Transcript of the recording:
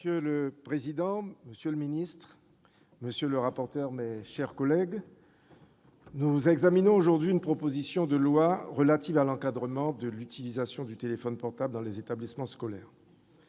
Monsieur le président, monsieur le ministre, monsieur le rapporteur, mes chers collègues, nous examinons aujourd'hui une proposition de loi visant à encadrer l'utilisation du téléphone portable dans les établissements scolaires.